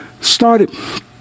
started